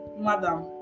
Madam